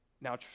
Now